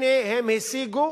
הנה, הם השיגו